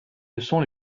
leçons